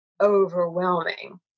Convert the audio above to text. overwhelming